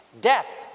Death